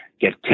get